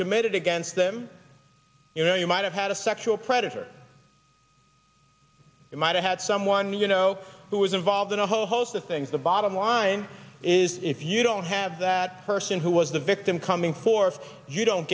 committed against them you know you might have had a sexual predator you might have had someone you know who was involved in a whole host of things the bottom line is if you don't have that person who was the victim coming forth you don't